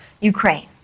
Ukraine